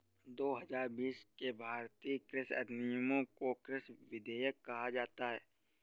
दो हजार बीस के भारतीय कृषि अधिनियमों को कृषि विधेयक कहा जाता है